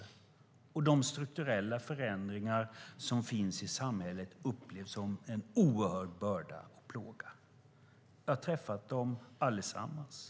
De strukturella förändringar som finns i samhället upplevs som en oerhörd börda och plåga. Jag har träffat alla dessa människor.